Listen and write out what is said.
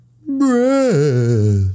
Breath